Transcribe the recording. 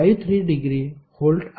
53◦ V आहे